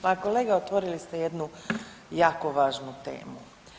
Pa kolega otvorili ste jednu jako važnu temu.